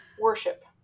worship